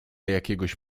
jakiegoś